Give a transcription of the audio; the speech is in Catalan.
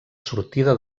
sortida